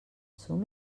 som